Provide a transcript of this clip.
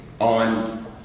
on